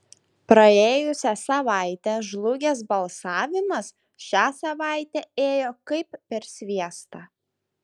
praėjusią savaitę žlugęs balsavimas šią savaitę ėjo kaip per sviestą